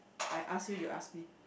I ask you you ask me